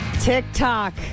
TikTok